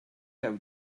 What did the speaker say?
how